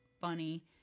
funny